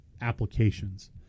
applications